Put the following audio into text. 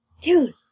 dude